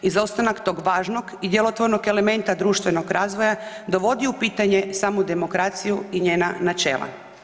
Izostanak tog važnog i djelotvornog elementa društvenog razvoja dovodi u pitanje samu demokraciju i njena načela.